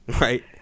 right